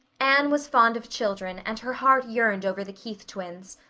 anne was fond of children and her heart yearned over the keith twins.